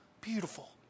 Beautiful